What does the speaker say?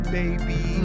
baby